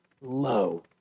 low